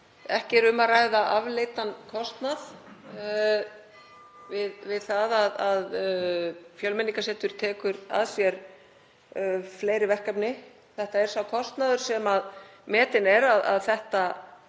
Ekki er um að ræða afleiddan kostnað við það að Fjölmenningarsetur taki að sér fleiri verkefni. Þetta er sá kostnaður sem gert er ráð fyrir